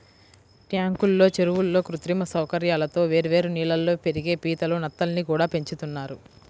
ట్యాంకుల్లో, చెరువుల్లో కృత్రిమ సౌకర్యాలతో వేర్వేరు నీళ్ళల్లో పెరిగే పీతలు, నత్తల్ని కూడా పెంచుతున్నారు